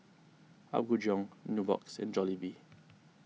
Apgujeong Nubox and Jollibee